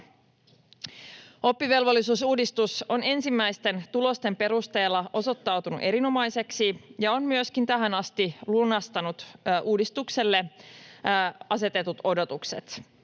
Oppivelvollisuusuudistus on ensimmäisten tulosten perusteella osoittautunut erinomaiseksi ja on myöskin tähän asti lunastanut uudistukselle asetetut odotukset.